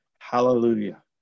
Hallelujah